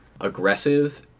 aggressive